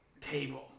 table